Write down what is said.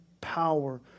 power